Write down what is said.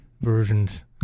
versions